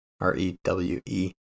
R-E-W-E